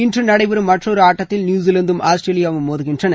இன்று நடைபெறும் மற்றொரு ஆட்டத்தில் நியூசிலாந்தும் ஆஸ்திரேலியாவும் மோதுகின்றன